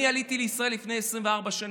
אני עליתי לישראל לפני 24 שנים.